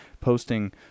Posting